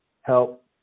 help